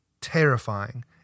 terrifying